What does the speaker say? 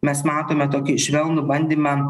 mes matome tokį švelnų bandymą